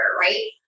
right